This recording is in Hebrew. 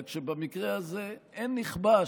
רק שבמקרה הזה אין נכבש.